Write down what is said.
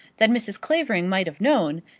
that mrs. clavering might have known,